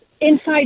inside